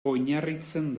oinarritzen